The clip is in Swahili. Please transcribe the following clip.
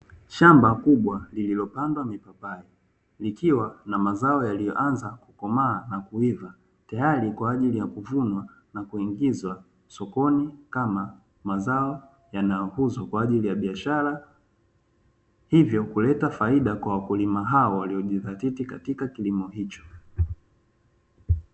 Shamba kubwa lililopandwa mipapai likiwa na mazao yaliyoanza kukomaa na kuiva tayari kwa ajili ya kuvunwa na kuingizwa sokoni kama mazao yanayouzwa kwa ajili ya biashara, hivyo kuleta faida kwa wakulima hao waliyojizatiti katika kilimo hicho.